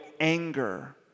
anger